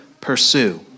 pursue